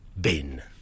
Bin